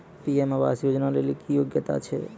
PM आवास योजना लेली की योग्यता छै?